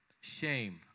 shame